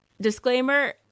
disclaimer